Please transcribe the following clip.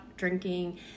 drinking